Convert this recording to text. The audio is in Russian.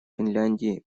финляндии